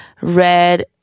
red